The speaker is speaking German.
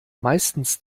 meistens